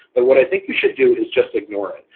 but what i think we should do is just ignore it,